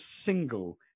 single